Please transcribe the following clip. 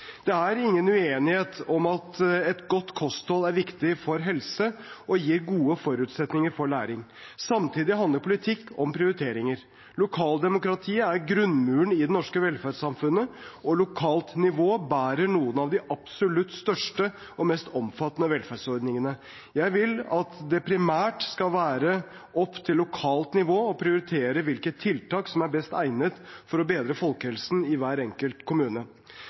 Det er ingen uenighet om at et godt kosthold er viktig for helse og gir gode forutsetninger for læring. Samtidig handler politikk om prioriteringer. Lokaldemokratiet er grunnmuren i det norske velferdssamfunnet, og lokalt nivå bærer noen av de absolutt største og mest omfattende velferdsordningene. Jeg vil at det primært skal være opp til lokalt nivå å prioritere hvilke tiltak som er best egnet for å bedre folkehelsen i hver enkelt kommune.